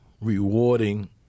rewarding